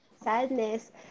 sadness